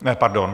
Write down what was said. Ne, pardon.